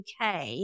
UK